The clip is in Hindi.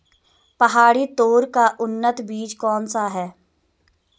पहाड़ी तोर का उन्नत बीज कौन सा है?